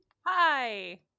Hi